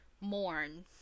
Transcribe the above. mourn